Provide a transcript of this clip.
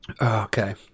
Okay